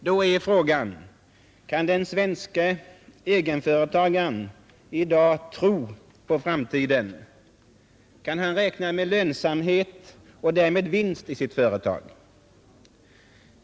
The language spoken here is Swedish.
Då är frågan: Kan den svenska egenföretagaren i dag tro på framtiden? Kan han räkna med lönsamhet och därmed vinst i sitt företag?